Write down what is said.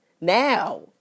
now